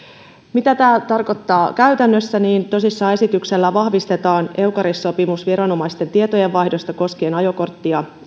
mitä tämä tarkoittaa käytännössä esityksellä tosiaan vahvistetaan eucaris sopimus viranomaisten tietojen vaihdosta koskien ajokortti ja